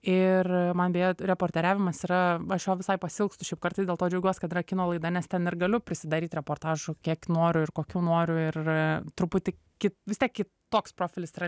ir man beje reporteriavimas yra aš jo visai pasiilgstu kartais dėl to džiaugiuos kad yra kino laida nes ten ir galiu prisidaryt reportažų kiek noriu ir kokių noriu ir truputį ki vis tiek kitoks profilis yra